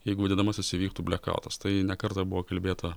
jeigu vadinamasis įvyktų blekautas tai ne kartą buvo kalbėta